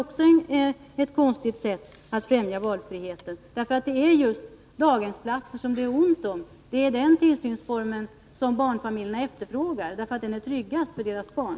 Det är ett konstigt sätt att främja valfriheten, för det är just daghemsplatser som det är ont om, och det är den tillsynsformen som barnfamiljerna efterfrågar, eftersom den är tryggast för deras barn.